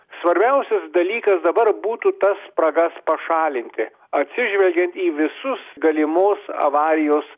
svarbiausias dalykas dabar būtų tas spragas pašalinti atsižvelgiant į visus galimos avarijos